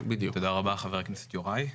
תודה רבה, חבר הכנסת יוראי.